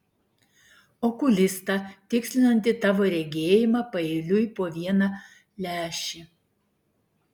okulistą tikslinantį tavo regėjimą paeiliui po vieną lęšį